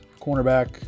Cornerback